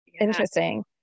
interesting